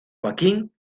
joaquín